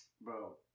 Bro